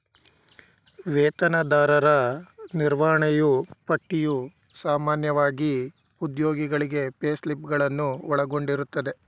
ವೇತನದಾರರ ನಿರ್ವಹಣೆಯೂ ಪಟ್ಟಿಯು ಸಾಮಾನ್ಯವಾಗಿ ಉದ್ಯೋಗಿಗಳಿಗೆ ಪೇಸ್ಲಿಪ್ ಗಳನ್ನು ಒಳಗೊಂಡಿರುತ್ತದೆ